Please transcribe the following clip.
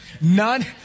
None